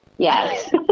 Yes